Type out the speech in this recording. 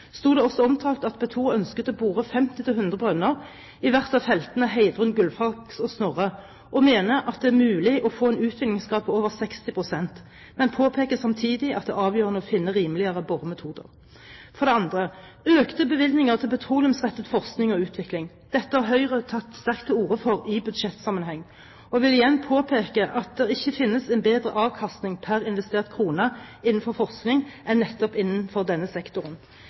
sto det også omtalt at Petoro ønsket å bore 50–100 brønner i hvert av feltene Heidrun, Gullfaks og Snorre, og mener at det er mulig å få en utvinningsgrad på over 60 pst., men påpeker samtidig at det er avgjørende å finne rimeligere boremetoder. For det andre: Vi vil øke bevilgningene til petroleumsrettet forskning og utvikling. Dette har Høyre tatt sterkt til orde for i budsjettsammenheng, og jeg vil igjen påpeke at det ikke finnes en bedre avkastning per investert krone innenfor forskning enn nettopp innenfor denne sektoren.